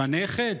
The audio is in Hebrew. מחנכת?